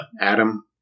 Adam